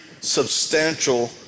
substantial